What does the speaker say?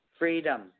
freedom